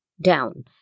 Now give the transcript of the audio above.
down